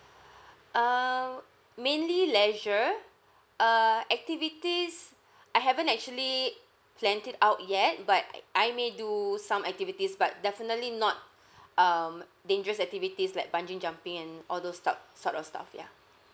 err mainly leisure uh activities I haven't actually planned it out yet but I I may do some activities but definitely not um dangerous activities like bungee jumping and all those stuk~ sort of stuff ya